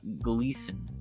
Gleason